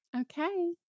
Okay